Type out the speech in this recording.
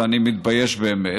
ואני מתבייש באמת,